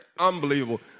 Unbelievable